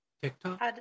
TikTok